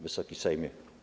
Wysoki Sejmie!